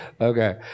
Okay